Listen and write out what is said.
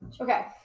okay